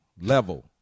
level